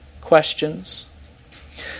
questions